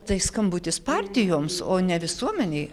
tai skambutis partijoms o ne visuomenei